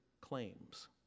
claims